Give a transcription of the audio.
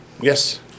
yes